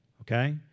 okay